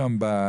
שוב,